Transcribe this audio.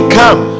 come